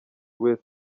wese